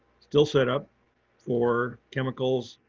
still set up for chemicals.